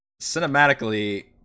cinematically